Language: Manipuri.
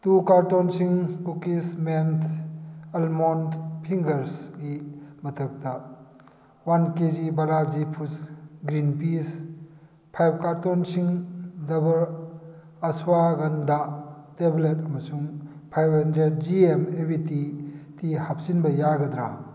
ꯇꯨ ꯀꯔꯇꯣꯟꯁꯤꯡ ꯀꯨꯀꯤꯁꯃꯦꯟ ꯑꯜꯃꯣꯟ ꯐꯤꯡꯒꯔꯁꯒꯤ ꯃꯊꯛꯇ ꯋꯥꯟ ꯀꯦꯖꯤ ꯕꯂꯥꯖꯤ ꯐꯨꯗꯁ ꯒ꯭ꯔꯤꯟ ꯄꯤꯁ ꯐꯥꯏꯚ ꯀꯥꯔꯇꯨꯟꯁꯤꯡ ꯗꯕꯔ ꯑꯁ꯭ꯋꯥꯒꯟꯗꯥ ꯇꯦꯕ꯭ꯂꯦꯠ ꯑꯃꯁꯨꯡ ꯐꯥꯏꯚ ꯍꯟꯗ꯭ꯔꯦꯠ ꯖꯤꯑꯦꯝ ꯑꯦꯚꯤꯇꯤ ꯇꯤ ꯍꯥꯞꯆꯤꯟꯕ ꯌꯥꯒꯗ꯭ꯔꯥ